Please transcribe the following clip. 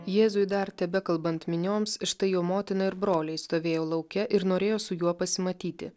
jėzui dar tebekalbant minioms štai jo motina ir broliai stovėjo lauke ir norėjo su juo pasimatyti